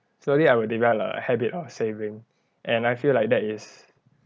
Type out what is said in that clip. slowly I will develop a habit of saving and I feel like that is